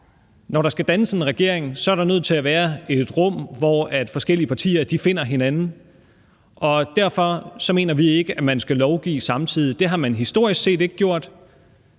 Når der skal dannes en regering, er der nødt til at være et rum, hvor forskellige partier kan finde hinanden, og derfor mener vi ikke, at man skal lovgive samtidig; det har man historisk set ikke gjort.